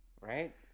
right